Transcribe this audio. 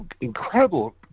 incredible